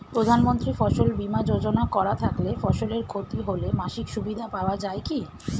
প্রধানমন্ত্রী ফসল বীমা যোজনা করা থাকলে ফসলের ক্ষতি হলে মাসিক সুবিধা পাওয়া য়ায় কি?